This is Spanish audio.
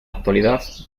actualidad